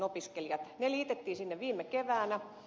heidät liitettiin sinne viime keväänä